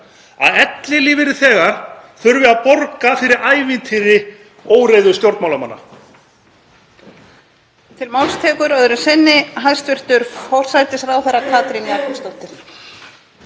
að ellilífeyrisþegar þurfi að borga fyrir ævintýri óreiðustjórnmálamanna?